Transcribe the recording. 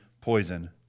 poison